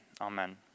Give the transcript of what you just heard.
amen